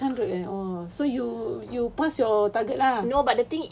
oh ya six hundred eh oh so you you pass your target lah